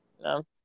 No